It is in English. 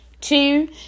Two